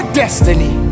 destiny